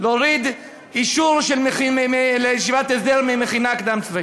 להוריד אישור של ישיבת הסדר ממכינה קדם-צבאית.